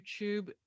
YouTube